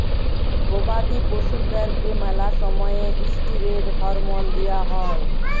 গবাদি পশুদ্যারকে ম্যালা সময়ে ইসটিরেড হরমল দিঁয়া হয়